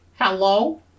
Hello